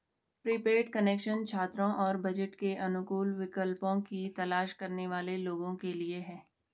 prepaid connection छात्रों और budget के अनुकूल विकल्पों की तलाश करने वाले लोगों के लिए है